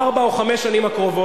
בארבע או חמש השנים הקרובות,